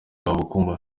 rwabukumba